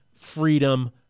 freedom